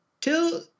Till